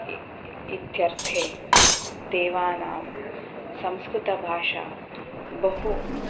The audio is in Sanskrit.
इत्यर्थे देवानां संस्कृतभाषा बहु